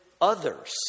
others